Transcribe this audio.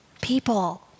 people